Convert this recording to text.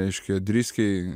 reiškia driskiai